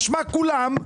משמע כולם,